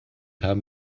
haben